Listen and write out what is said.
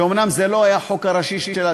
שאומנם זה לא היה החוק הראשי שלה,